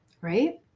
Right